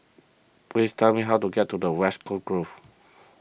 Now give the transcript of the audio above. please tell me how to get to the West Coast Grove